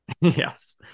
Yes